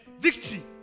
victory